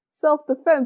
Self-defense